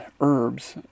herbs